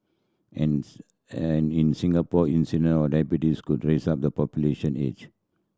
as and in Singapore incidence of diabetes could rise up the population age